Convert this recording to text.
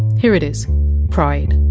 here it is pride